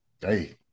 hey